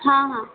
हां हां